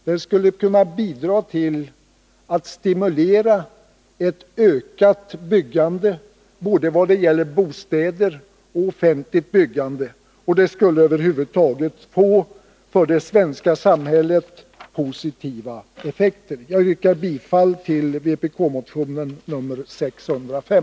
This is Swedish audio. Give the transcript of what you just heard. Det skulle kunna bidra till att stimulera ett ökat byggande vad gäller både bostäder och offentligt byggande, och det skulle över huvud taget få för det svenska samhället positiva effekter. Jag yrkar bifall till vpk-motionen 605.